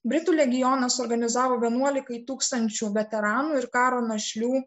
britų legionas suorganizavo vienuolikai tūkstančių veteranų ir karo našlių